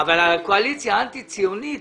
אבל קואליציה אנטי ציונית